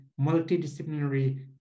multidisciplinary